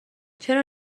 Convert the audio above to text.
چرا